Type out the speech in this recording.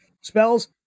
Spells